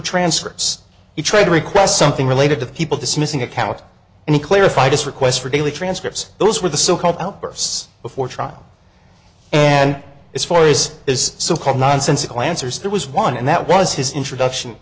transcripts he tried to request something related to people dismissing accounts and he clarified his request for daily transcripts those were the so called outbursts before trial and as far as is so called nonsensical answers there was one and that was his introduction